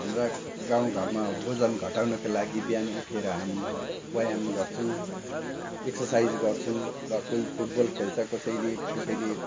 हाम्रा गाउँ घरमा ओजन घटाउनुको लागि बिहान उठेर हामी व्यायाम गर्छौँ एक्सर्साइज गर्छौँ र कोही फुट बल खेल्छ कसैले कसैले